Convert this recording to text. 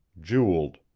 jewelled,